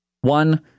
One